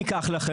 ניקח לכם,